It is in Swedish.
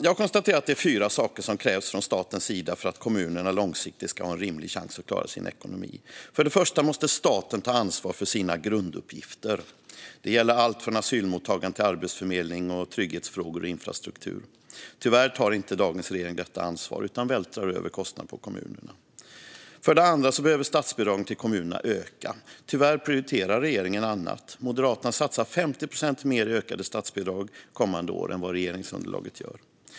Jag konstaterar att det är fyra saker som krävs från statens sida för att kommunerna långsiktigt ska ha en rimlig chans att klara sin ekonomi. För det första måste staten ta ansvar för sina grunduppgifter. Det gäller allt från asylmottagande till arbetsförmedling, trygghetsfrågor och infrastruktur. Tyvärr tar inte dagens regering detta ansvar utan vältrar över kostnader på kommunerna. För det andra behöver statsbidragen till kommunerna öka. Tyvärr prioriterar regeringen annat. Moderaterna satsar 50 procent mer i ökade statsbidrag kommande år än vad regeringsunderlaget gör.